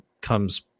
comes